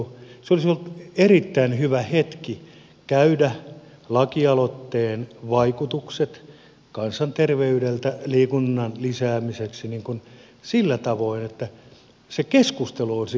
se olisi ollut erittäin hyvä hetki käydä lakialoitteen vaikutukset kansanterveyden kannalta liikunnan lisäämiseksi sillä tavoin että se keskustelu olisi kuitenkin käyty